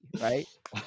right